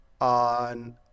on